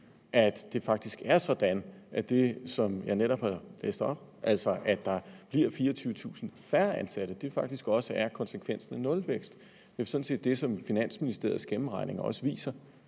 Legarth er enig i, at det, som jeg netop har læst op – altså, at der bliver 24.000 færre ansatte – faktisk også er konsekvensen af nulvækst. Det er jo sådan set det, som Finansministeriets gennemregninger også viser.